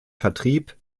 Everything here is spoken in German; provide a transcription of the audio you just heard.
vertrieb